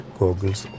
goggles